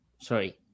sorry